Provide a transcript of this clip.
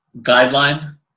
guideline